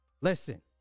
Listen